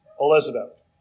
Elizabeth